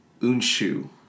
Unshu